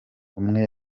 umwe